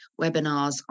webinars